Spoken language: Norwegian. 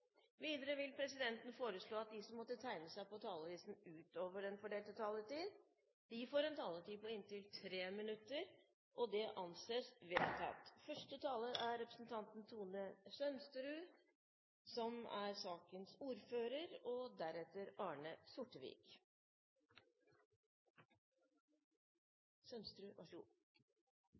Videre vil presidenten foreslå at de som måtte tegne seg på talerlisten utover den fordelte taletid, får en taletid på inntil 3 minutter. – Det anses vedtatt. Finansiering av planlagt utbygging av fv. 33 på strekningen Skreifjella–Totenvika i Østre Toten kommune er en viktig sak for Oppland. Veien har stor betydning for industrien, næringslivet og